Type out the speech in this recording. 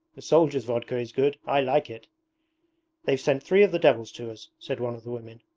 the soldiers vodka is good i like it they've sent three of the devils to us said one of the women.